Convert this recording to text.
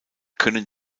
können